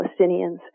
Palestinians